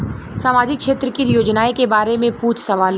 सामाजिक क्षेत्र की योजनाए के बारे में पूछ सवाल?